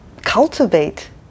cultivate